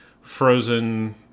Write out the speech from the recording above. frozen